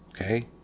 Okay